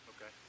Okay